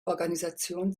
organisation